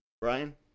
brian